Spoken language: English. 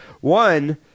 One